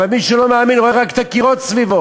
אבל מי שלא מאמין רואה רק את הקירות סביבו.